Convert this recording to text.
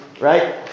right